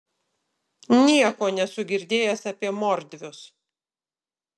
nieko nesu girdėjęs apie mordvius